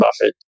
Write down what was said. Buffett